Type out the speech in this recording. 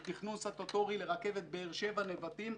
תכנון סטטוטורי לרכבת באר שבע-נבטים-ערד.